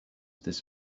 this